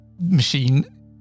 machine